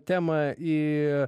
temą į